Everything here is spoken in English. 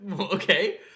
Okay